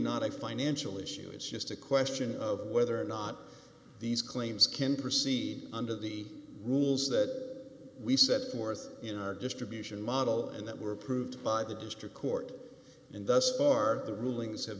not a financial issue it's just a question of whether or not these claims can proceed under the rules that we set forth in our distribution model and that were approved by the district court and thus far the rulings have